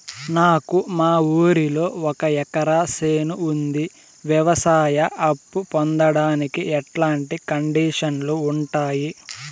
నాకు మా ఊరిలో ఒక ఎకరా చేను ఉంది, వ్యవసాయ అప్ఫు పొందడానికి ఎట్లాంటి కండిషన్లు ఉంటాయి?